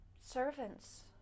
servants